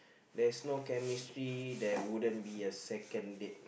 there's no chemistry there wouldn't be a second date